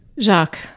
Jacques